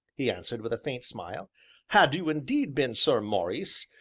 he answered with a faint smile had you indeed been sir maurice,